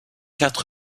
quatre